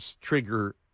trigger